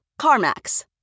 CarMax